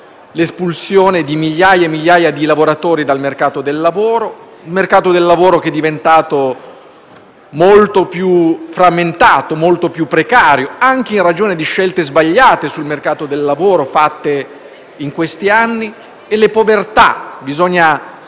all'espulsione di migliaia di lavoratori dal mercato del lavoro, ad un mercato del lavoro che è diventato molto più frammentato e molto più precario, anche in ragione di scelte sbagliate fatte in questi anni e alle povertà - bisogna